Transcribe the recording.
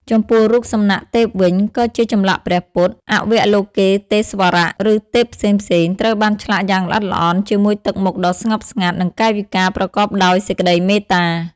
ចំពោះរូបសំណាកទេពវិញ ក៏ជាចម្លាក់ព្រះពុទ្ធ អវលោកិតេស្វរៈ ឬទេពផ្សេងៗត្រូវបានឆ្លាក់យ៉ាងល្អិតល្អន់ ជាមួយទឹកមុខដ៏ស្ងប់ស្ងាត់ និងកាយវិការប្រកបដោយសេចក្តីមេត្តា។